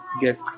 get